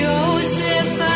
Joseph